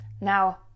Now